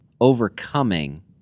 overcoming